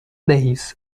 days